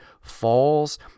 falls